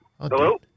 Hello